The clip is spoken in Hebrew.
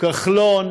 כחלון